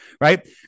right